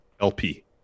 LP